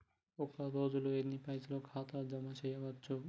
ఒక రోజుల ఎన్ని పైసల్ ఖాతా ల జమ చేయచ్చు?